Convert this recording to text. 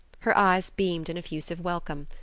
her eyes beamed an effusive welcome.